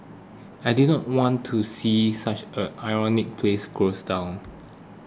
I did not want to see such an iconic place close down